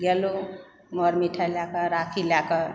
गेलहुँ मर मिठाई लए कऽ राखी लए कऽ